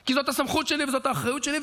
כי זאת הסמכות שלי וזאת האחריות שלי,